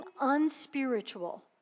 unspiritual